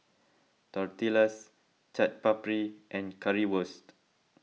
Tortillas Chaat Papri and Currywurst